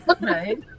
right